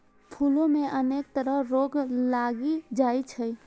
फूलो मे अनेक तरह रोग लागि जाइ छै